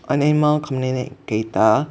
animal communicator